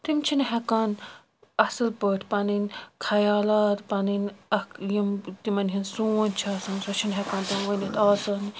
تِم چھِنہٕ ہیٚکان اصٕل پٲٹھۍ پَنٕنۍ خیالات پَنٕنۍ اکھ یِم تِمن ہنٛز سونٛچھ چھِ آسان سۄ چھِنہٕ ہیٚکان تِم ؤنِتھ آسان